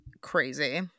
crazy